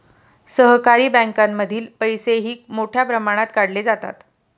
सहकारी बँकांमधील पैसेही मोठ्या प्रमाणात काढले जातात